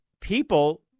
people